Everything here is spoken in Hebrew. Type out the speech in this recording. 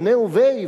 מיניה וביה,